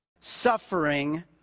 suffering